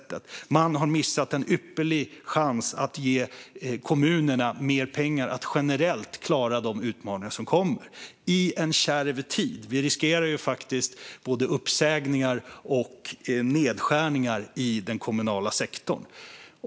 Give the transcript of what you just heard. Man har missat en ypperlig chans att ge kommunerna mer pengar för att de generellt ska klara de utmaningar som kommer i en kärv tid. Vi riskerar faktiskt både uppsägningar och nedskärningar i den kommunala sektorn.